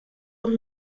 und